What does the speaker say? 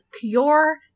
pure